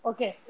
Okay